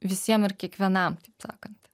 visiem ir kiekvienam taip sakant